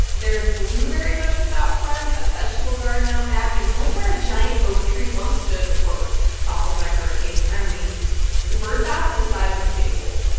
there's blueberry bushes out front, a vegetable garden out back. and right where a giant oak tree once stood before it was toppled by hurricane irene is a birdbath the size of a kiddie pool.